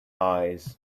eyes